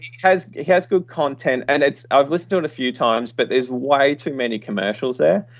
has has good content and it's i've listened to it a few times but there's way too many commercials there.